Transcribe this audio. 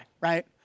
Right